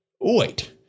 wait